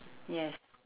yes